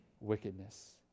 wickedness